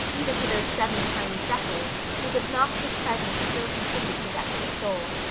even to those seven tiny freckles whose obnoxious presence still continued to vex her soul.